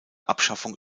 abschaffung